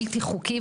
בלתי חוקי,